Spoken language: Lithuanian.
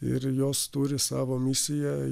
ir jos turi savo misiją